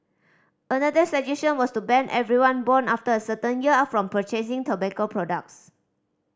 another suggestion was to ban everyone born after a certain year from purchasing tobacco products